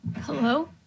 Hello